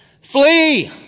Flee